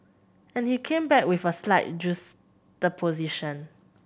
and he came back with a slight juxtaposition